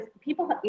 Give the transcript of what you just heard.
people